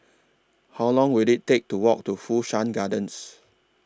How Long Will IT Take to Walk to Fu Shan Gardens